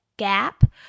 Gap